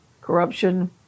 corruption